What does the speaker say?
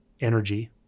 energy